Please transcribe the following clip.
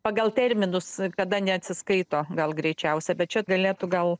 pagal terminus kada neatsiskaito gal greičiausia bet čia galėtų gal